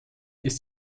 ist